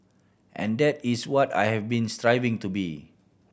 and that is what I have been striving to be